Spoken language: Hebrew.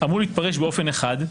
אמור להתפרש באופן אחד,